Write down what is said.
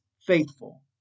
faithful